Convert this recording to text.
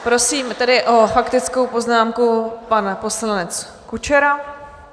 Prosím tedy o faktickou poznámku pan poslanec Kučera.